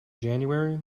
january